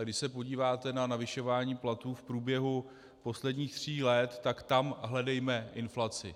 Když se podíváte na zvyšování platů v průběhu posledních tří let, tak tam hledejme inflaci.